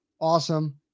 Awesome